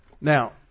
Now